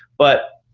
but